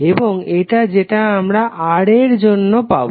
এবং এটা যেটা আমরা Ra এর জন্য পাবো